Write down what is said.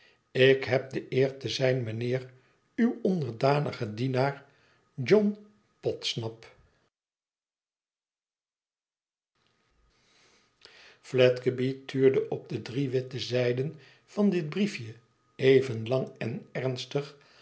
ik heb de eer te zijn mijnheer uw onder danige dienaar t john podsnap fledgeby tuurde op de drie witte zijden van dit briefje even lang en ernstig